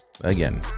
again